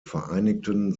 vereinigten